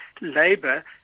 labour